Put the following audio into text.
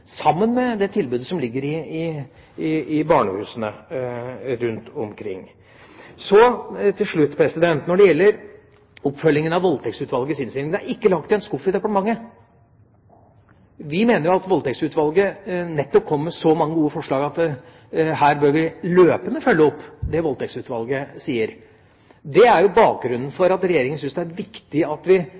sammen med det tilbudet som ligger i barnehusene rundt omkring. Så til slutt når det gjelder oppfølgingen av Voldtektsutvalgets innstilling: Den er ikke lagt i en skuff i departementet. Vi mener at Voldtektsutvalget nettopp kommer med så mange gode forslag at her bør vi løpende følge opp det Voldtektsutvalget sier. Det er bakgrunnen for at Regjeringa syns det er viktig at vi